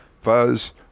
fuzz